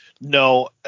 No